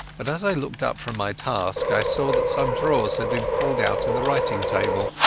but as i looked up from my task i saw that some drawers had been pulled out in the writing-table.